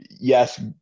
yes